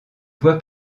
voie